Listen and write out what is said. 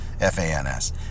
F-A-N-S